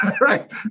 right